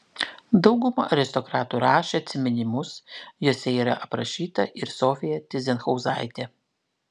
dauguma aristokratų rašė atsiminimus juose yra aprašyta ir sofija tyzenhauzaitė